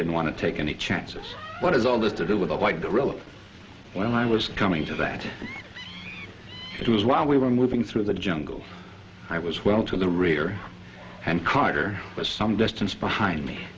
didn't want to take any chances what is all this to do with like the relative when i was coming to that it was while we were moving through the jungle i was well to the rear and carter was some distance behind me